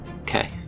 Okay